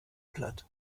platt